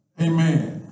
amen